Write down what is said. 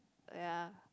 ya